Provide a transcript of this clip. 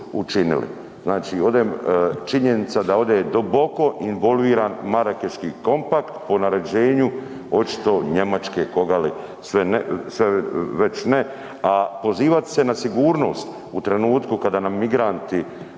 učinili. Činjenica da je ovdje duboko involviran Marakeški kompakt po naređenju očito Njemačke koga li sve ne, a pozivati se na sigurnost u trenutku kada nam migranti